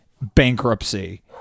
bankruptcy